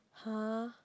!huh!